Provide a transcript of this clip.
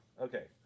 Okay